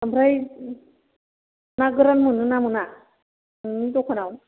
ओमफ्राय ना गोरान मोनो ना मोना नोंनि दखानाव